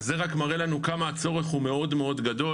אז זה רק מראה לנו כמה הצורך הוא מאוד גדול.